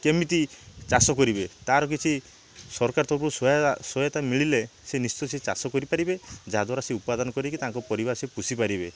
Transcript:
ସେ କେମିତି ଚାଷ କରିବେ ତାର କିଛି ସରକାର ତରଫରୁ ସହା ସହାୟତା ମିଳିଲେ ସେ ନିଶ୍ଚିୟ ସେ ଚାଷ କରିପାରିବେ ଯାହା ଦ୍ବାରା ସେ ଉପାଦାନ କରିକି ତାଙ୍କ ପରିବାର ସେ ପୋଷି ପାରିବେ